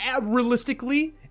realistically